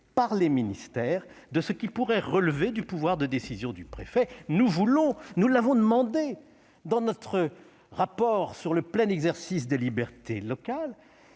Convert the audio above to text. par les ministères, de ce qui pourrait relever du pouvoir de décision du préfet. Nous voulons- nous l'avons demandé dans notre rapport sur le plein exercice des libertés locales